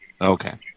Okay